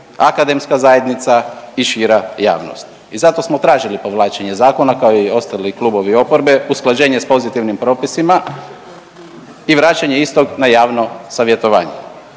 akademska zajednica i šira javnost. I zato smo tražili povlačenje zakona kao i ostali klubovi oporbe, usklađenje s pozitivnim propisima i vraćanje istog na javno savjetovanje.